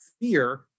fear